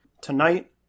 tonight